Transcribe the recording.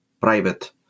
private